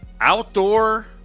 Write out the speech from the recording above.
Outdoor